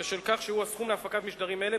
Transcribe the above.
שזה הסכום להפקת משדרים אלה,